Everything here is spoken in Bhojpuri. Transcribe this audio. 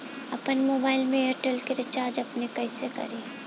आपन मोबाइल में एयरटेल के रिचार्ज अपने से कइसे करि?